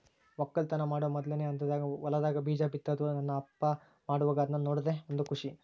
ವಕ್ಕಲತನ ಮಾಡೊ ಮೊದ್ಲನೇ ಹಂತದಾಗ ಹೊಲದಾಗ ಬೀಜ ಬಿತ್ತುದು ನನ್ನ ಅಪ್ಪ ಮಾಡುವಾಗ ಅದ್ನ ನೋಡದೇ ಒಂದು ಖುಷಿ